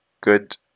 good